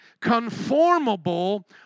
conformable